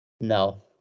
no